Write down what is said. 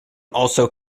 also